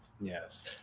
Yes